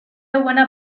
buena